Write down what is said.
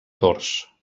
tors